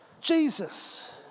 Jesus